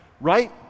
right